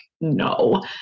no